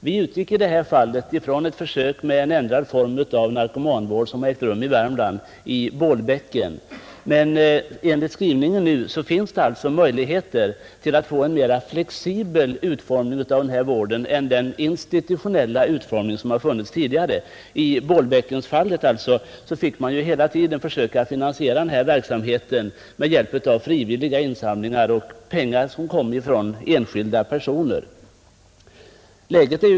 Vi har i detta fall utgått från ett försök med ändrad narkomanvård som har gjorts i Bålbäcken i Värmland, och enligt föreliggande skrivning finns det nu möjligheter att få en mera flexibel form av vård än den institutionella som vi har haft tidigare. I Bålbäckensfallet fick man hela tiden försöka finansiera verksamheten med hjälp av frivilligt insamlade medel och pengar från enskilda personer.